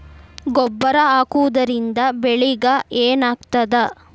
ಗೊಬ್ಬರ ಹಾಕುವುದರಿಂದ ಬೆಳಿಗ ಏನಾಗ್ತದ?